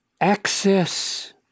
Access